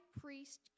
priest